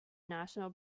national